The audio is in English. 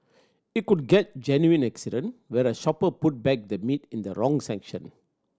it could get genuine accident where a shopper put back the meat in the wrong section